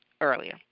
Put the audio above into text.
earlier